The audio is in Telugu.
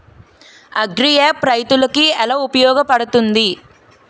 అగ్రియాప్ రైతులకి ఏలా ఉపయోగ పడుతుంది?